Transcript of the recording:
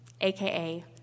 aka